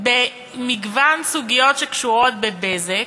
במגוון סוגיות שקשורות ב"בזק",